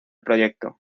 proyecto